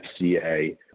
FCA